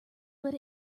but